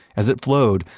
as it flowed,